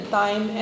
time